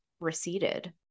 receded